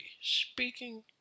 speaking